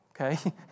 okay